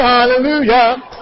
Hallelujah